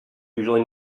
usually